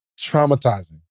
Traumatizing